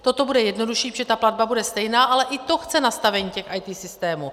Toto bude jednodušší, protože ta platba bude stejná, ale i to chce nastavení těch IT systémů.